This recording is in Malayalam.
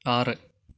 ആറ്